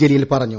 ജലീൽ പറഞ്ഞു